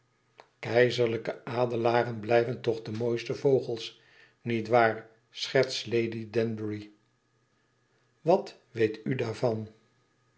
keizerlijke adelaren blijven toch de mooiste vogels niet waar schertst lady danbury wat weet u daarvan